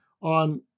on